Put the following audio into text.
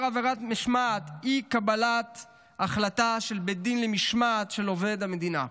עבירת משמעת היא קבלת החלטה של בית דין למשמעת של עובד המדינה.